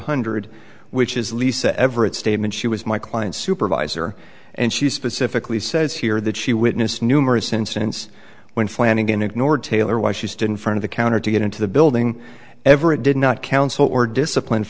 hundred which is lisa everett statement she was my client supervisor and she specifically says here that she witnessed numerous incidents when flanagan ignored taylor why she stood in front of the counter to get into the building ever it did not counsel or disciplined